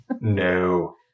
No